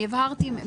אני הבהרתי.